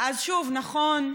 אז שוב, נכון,